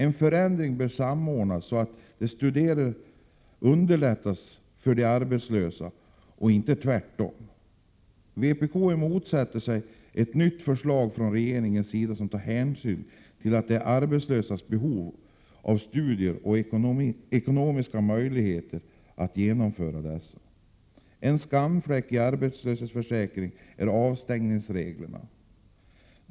En förändring bör genomföras så, att studier underlättas för de arbetslösa och inte tvärtom. Vpk emotser från regeringens sida ett nytt förslag som tar hänsyn till de arbetslösas behov av studier och till deras ekonomiska möjligheter att genomföra dessa. En skamfläck i arbetslöshetsförsäkringen är avstängningsreglerna.